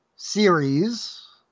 series